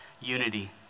unity